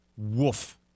Woof